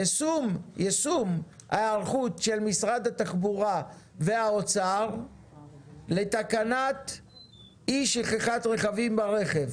יישום ההיערכות של משרד התחבורה והאוצר לתקנת אי שכחת ילדים ברכב.